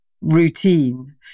routine